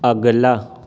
اگلا